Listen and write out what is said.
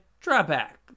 drawback